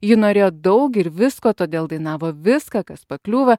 ji norėjo daug ir visko todėl dainavo viską kas pakliūva